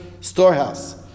storehouse